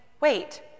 Wait